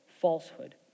falsehood